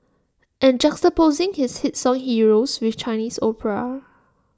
and juxtaposing his hit song heroes with Chinese opera